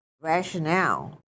rationale